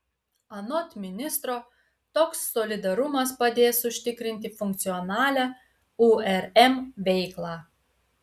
anot ministro toks solidarumas padės užtikrinti funkcionalią urm veiklą